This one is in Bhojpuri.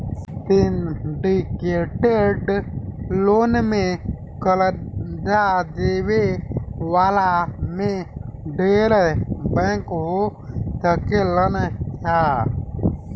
सिंडीकेटेड लोन में कर्जा देवे वाला में ढेरे बैंक हो सकेलन सा